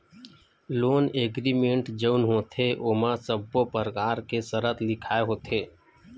loan agreement जउन होथे ओमा सब्बो परकार के सरत लिखाय होथे